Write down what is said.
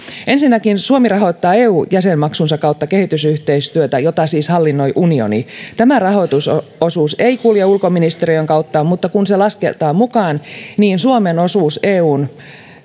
ensinnäkin suomi rahoittaa eu jäsenmaksunsa kautta kehitysyhteistyötä jota siis hallinnoi unioni tämä rahoitusosuus ei kulje ulkoministeriön kautta mutta kun se lasketaan mukaan niin suomen osuus eun